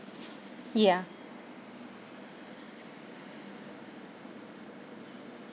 ya